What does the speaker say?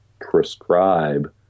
prescribe